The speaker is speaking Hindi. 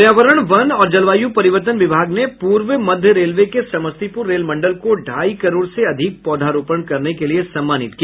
पर्यावरण वन और जलवायू परिवर्तन विभाग ने पूर्व मध्य रेलवे के समस्तीपुर रेल मंडल को ढाई करोड़ से अधिक पौधारोपण करने के लिये सम्मानित किया